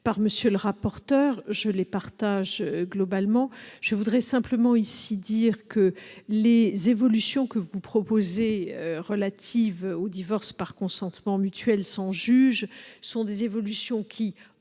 par M. le rapporteur et que je partage globalement. Je voudrais simplement dire ici que les évolutions que vous proposez relatives au divorce par consentement mutuel sans juge forment un